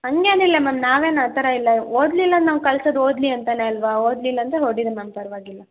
ಹಂಗೇನು ಇಲ್ಲ ಮ್ಯಾಮ್ ನಾವೇನು ಆ ಥರ ಇಲ್ಲ ಓದ್ಲಿಲಂತ ನಾವು ಕಳ್ಸೋದು ಓದಲಿ ಅಂತಾನೇ ಅಲ್ವಾ ಓದಲಿಲ್ಲ ಅಂದರೆ ಹೊಡೀರಿ ಮ್ಯಾಮ್ ಪರ್ವಾಗಿಲ್ಲ